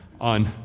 on